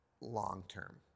long-term